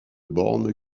born